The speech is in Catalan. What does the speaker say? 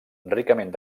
ricament